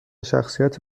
شخصیت